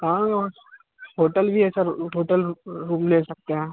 हाँ और होटल भी है सर होटल रूम ले सकते हैं